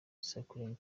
cycling